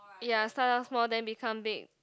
ya start out small then become big